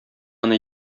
аны